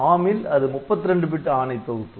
ARM ல் அது 32 bit ஆணை தொகுப்பு